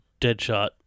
deadshot